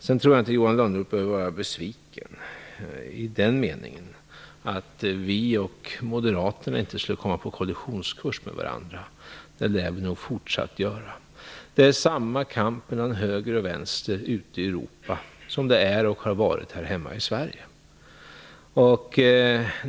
Jag tror inte Johan Lönnroth behöver vara besviken i den meningen att vi och moderaterna inte skulle komma på kollisionskurs med varandra. Det lär vi nog fortsätta att göra. Det är samma kamp mellan höger och vänster ute i Europa som det är och har varit här hemma i Sverige.